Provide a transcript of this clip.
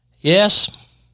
Yes